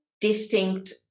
distinct